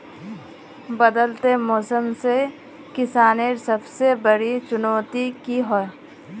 बदलते मौसम से किसानेर सबसे बड़ी चुनौती की होय?